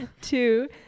Two